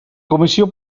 comissió